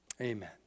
Amen